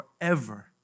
forever